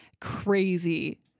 crazy